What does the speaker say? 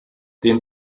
den